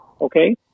Okay